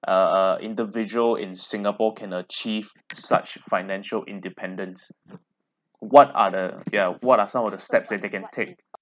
uh uh individual in singapore can achieve such financial independence what are the yeah what are some of the steps that they can take